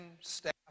Staff